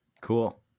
Cool